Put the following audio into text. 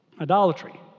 Idolatry